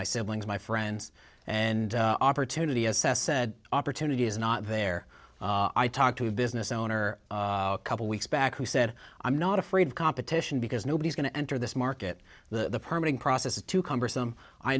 my siblings my friends and opportunity assess said opportunity is not there i talked to a business owner a couple weeks back who said i'm not afraid of competition because nobody's going to enter this market the permanent process is too